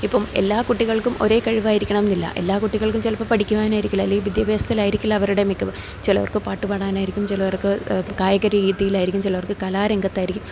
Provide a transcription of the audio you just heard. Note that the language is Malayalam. ഇപ്പം എല്ലാ കുട്ടികൾക്കും ഒരേ കഴിവായിരിക്കണം എന്നില്ല എല്ലാ കുട്ടികൾക്കും ചിലപ്പം പഠിക്കുവാനായിരിക്കില്ല അല്ലെങ്കിൽ വിദ്യാഭ്യാസത്തിലായിരിക്കില്ല അവരുടെ മികവ് ചെലവർക്ക് പാട്ട് പാടാനായിരിക്കും ചിലർക്ക് കായിക രീതിയിലായിരിക്കും ചിലർക്ക് കലാരംഗത്തായിരിക്കും